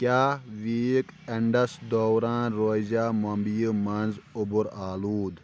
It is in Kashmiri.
کیا ویٖک اینڈس دوران روزیا ممبئیِہ منز اوٚبر آلود